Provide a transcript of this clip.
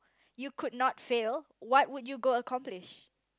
you could not fail what would you go accomplish